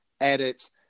edit